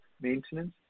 maintenance